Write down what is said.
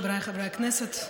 חבריי חברי הכנסת,